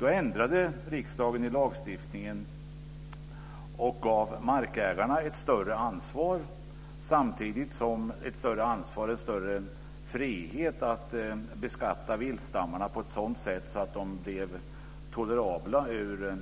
Då ändrade riksdagen i lagstiftningen och gav markägarna ett större ansvar och en större frihet att beskatta viltstammarna på ett sådant sätt att de blev tolerabla ur